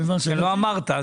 לא אמרת,